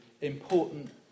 important